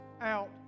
out